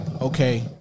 okay